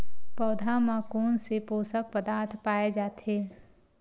पौधा मा कोन से पोषक पदार्थ पाए जाथे?